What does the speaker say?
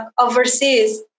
overseas